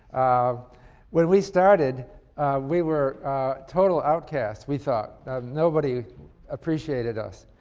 um when we started we were total outcasts, we thought nobody appreciated us.